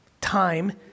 Time